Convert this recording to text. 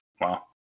Wow